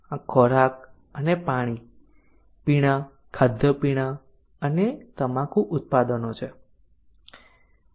આ ખોરાક અને પીણાં ખાદ્ય પીણાં અને તમાકુ ઉત્પાદનો છે